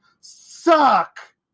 suck